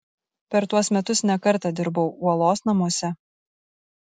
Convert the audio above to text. per tuos metus ne kartą dirbau uolos namuose